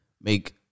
make